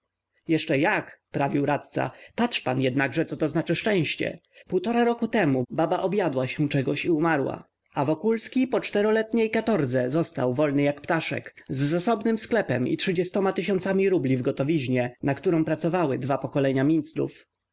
jeszcze jak prawił radca patrz pan jednakże co to znaczy szczęście półtora roku temu baba objadła się czegoś i umarła a wokulski po czteroletniej katordze został wolny jak ptaszek z zasobnym sklepem i trzydziestoma tysiącami rubli w gotowiźnie na którą pracowały dwa pokolenia minclów